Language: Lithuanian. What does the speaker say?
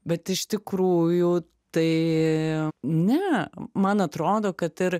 bet iš tikrųjų tai ne man atrodo kad ir